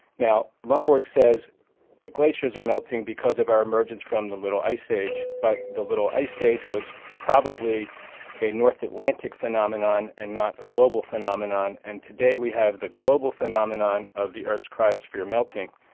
lomborg says the glaciers are melting because of our emergence from the little ice age, but the little ice age was probably a north atlantic phenomenon and not a global phenomenon, and today we have the global phenomenon of the earth's crysophere melting.